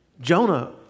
Jonah